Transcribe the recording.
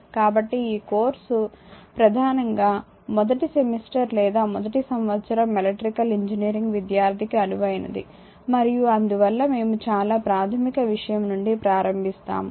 కాబట్టి ఈ కోర్సు ప్రధానంగా మొదటి సెమిస్టర్ లేదా మొదటి సంవత్సరం ఎలక్ట్రికల్ ఇంజనీరింగ్ విద్యార్థికి అనువైనది మరియు అందువల్ల మేము చాలా ప్రాథమిక విషయం నుండి ప్రారంభిస్తాము